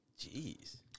Jeez